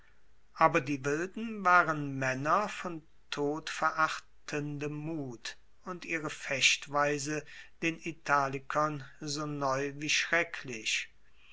aber die wilden waren maenner von todverachtendem mut und ihre fechtweise den italikern so neu wie schrecklich